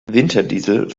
winterdiesel